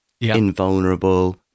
invulnerable